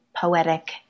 poetic